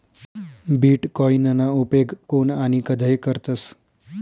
बीटकॉईनना उपेग कोन आणि कधय करतस